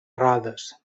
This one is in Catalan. rodes